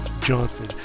Johnson